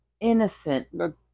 innocent